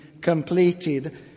completed